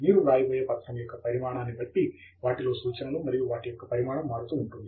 మీరు వ్రాయబోయే పత్రం యొక్క పరిమాణాన్ని బట్టి వాటిలో సూచనలు మరియు వాటి యొక్క పరిమాణం మారుతూ ఉంటాయి